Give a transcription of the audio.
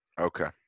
Okay